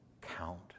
count